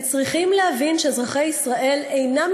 הם צריכים להבין שאזרחי ישראל אינם